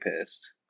pissed